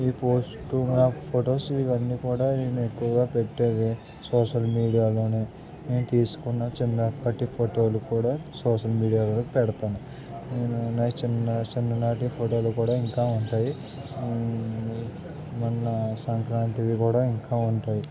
ఈ పోస్టు మా ఫొటోస్ ఇవన్నీ కూడా నేను ఎక్కువగా పెట్టేది సోషల్ మీడియాలో నేను తీసుకున్న చిన్నప్పటి ఫోటోలు కూడా సోషల్ మీడియాలో పెడతాను చిన్న చిన్ననాటి ఫోటోలు కూడా ఇంకా ఉంటాయి మన సంక్రాంతి అవి కూడా ఇంకా ఉంటాయి